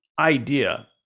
idea